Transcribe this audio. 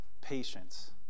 patience